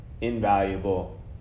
invaluable